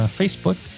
facebook